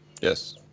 Yes